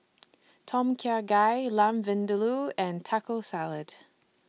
Tom Kha Gai Lamb Vindaloo and Taco Salad